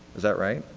is that right?